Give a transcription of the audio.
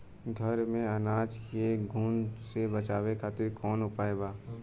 घर में अनाज के घुन से बचावे खातिर कवन उपाय बा?